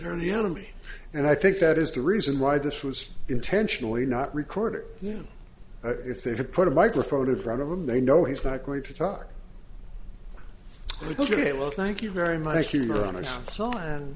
and the enemy and i think that is the reason why this was intentionally not recorded you know if they had put a microphone in front of him they know he's not going to talk ok well thank you very much humor on a council and